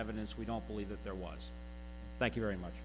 evidence we don't believe that there was thank you very much